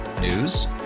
News